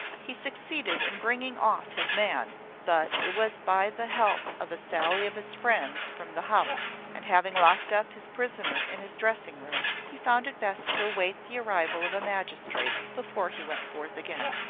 he succeeded in bringing off his man but it was by the help of a sally of his friends from the house and having locked up his prisoner in his dressing-room, he found it best to await the arrival of a magistrate before he went forth again.